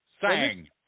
sang